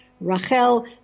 Rachel